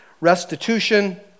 restitution